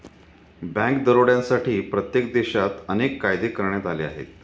bank दरोड्यांसाठी प्रत्येक देशात अनेक कायदे करण्यात आले आहेत